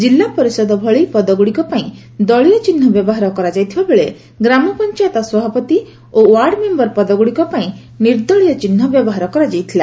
ଜିଲ୍ଲା ପରିଷଦ ଭଳି ପଦଗୁଡ଼ିକ ପାଇଁ ଦଳୀୟ ଚିହ୍ ବ୍ୟବହାର କରାଯାଇଥିଲାବେଳେ ଗ୍ରାମ ପଞ୍ଚାୟତ ସଭାପତି ଓ ୱାର୍ଡ଼ମେମ୍ବର ପଦଗୁଡ଼ିକ ପାଇଁ ନିର୍ଦ୍ଦଳୀୟ ଚିହ୍ନ ବ୍ୟବହାର କରାଯାଇଥିଲା